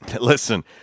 listen